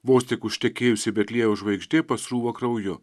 vos tik užtekėjusi betliejaus žvaigždė pasrūva krauju